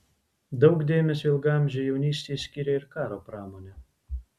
daug dėmesio ilgaamžei jaunystei skiria ir karo pramonė